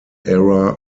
era